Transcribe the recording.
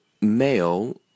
male